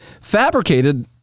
fabricated